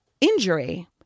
injury